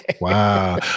Wow